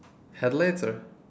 had laser